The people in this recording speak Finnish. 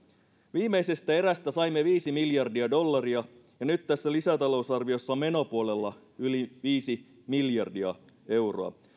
viimeisestä erästä saimme viisi miljardia dollaria ja nyt tässä lisätalousarviossa on menopuolella yli viisi miljardia euroa